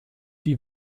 die